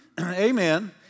Amen